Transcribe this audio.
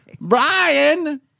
Brian